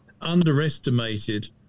underestimated